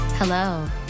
Hello